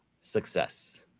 success